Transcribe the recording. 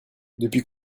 depuis